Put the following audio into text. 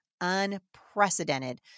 Unprecedented